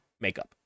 makeup